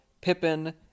Pippin